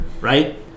right